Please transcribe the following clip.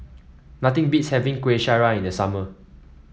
nothing beats having Kueh Syara in the summer